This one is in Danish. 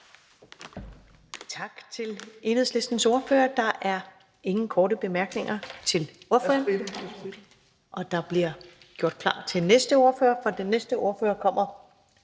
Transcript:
Tak til Enhedslistens ordfører. Der er ingen korte bemærkninger til ordføreren. Der bliver gjort klar til den næste ordfører.